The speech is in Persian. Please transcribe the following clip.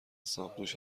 ساقدوشت